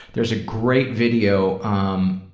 there's a great video, um